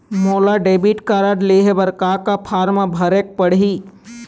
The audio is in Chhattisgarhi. मोला डेबिट कारड लेहे बर का का फार्म भरेक पड़ही?